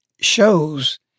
shows